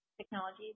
technology